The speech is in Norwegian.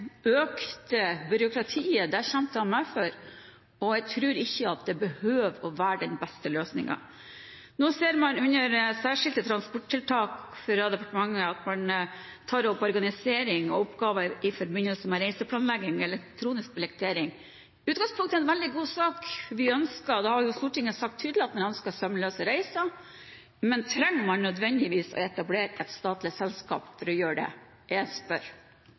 den beste løsningen. Nå ser man under særskilte transporttiltak fra departementet at man tar opp organisering og oppgaver i forbindelse med reiseplanlegging og elektronisk billettering. Det er i utgangspunktet en veldig god sak. Stortinget har jo sagt tydelig at man ønsker sømløse reiser, men trenger man nødvendigvis å etablere et statlig selskap for å gjøre det? Jeg spør.